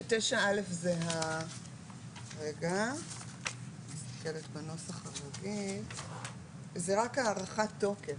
9.א. זה רק הארכת תוקף.